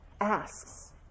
asks